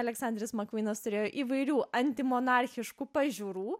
aleksanderis makvynas turėjo įvairių antimonarchiškų pažiūrų